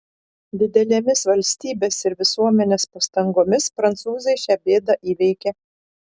didelėmis valstybės ir visuomenės pastangomis prancūzai šią bėdą įveikė